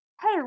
hey